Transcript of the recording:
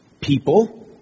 people